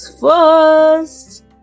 first